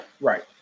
right